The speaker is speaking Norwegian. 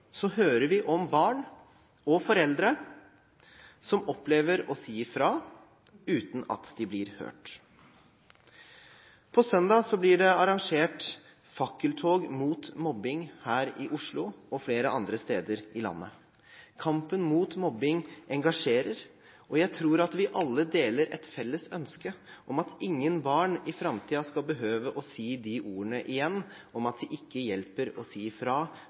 hører vi om barn og foreldre som opplever å si fra uten at de blir hørt. På søndag blir det arrangert fakkeltog mot mobbing her i Oslo og flere andre steder i landet. Kampen mot mobbing engasjerer. Jeg tror at vi alle deler et felles ønske om at ingen barn i framtiden skal behøve å si de ordene igjen, at det ikke hjelper å si fra,